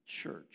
church